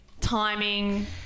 timing